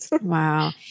Wow